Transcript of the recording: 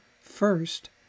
First